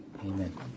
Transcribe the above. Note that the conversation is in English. amen